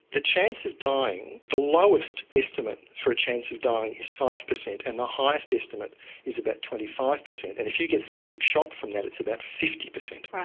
the chance of dying, the lowest estimate for a chance of dying is five percent and the highest estimate is about twenty five percent. and if you get septic shock from that it's about fifty percent.